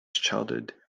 childhood